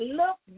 look